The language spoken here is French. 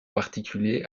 particulier